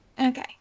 Okay